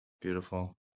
Beautiful